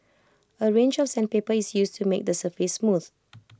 A range of sandpaper is used to make the surface smooth